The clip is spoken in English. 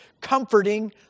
comforting